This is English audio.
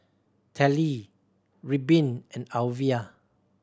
Tallie Reubin and Alyvia